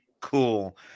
cool